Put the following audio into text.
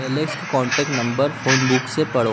Alex का contact number phone book से पढ़ो